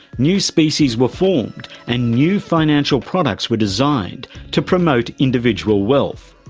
new species were formed and new financial products were designed to promote individual wealth.